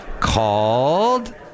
called